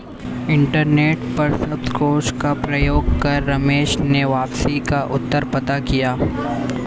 internet पर शब्दकोश का प्रयोग कर रमेश ने वापसी का अर्थ पता किया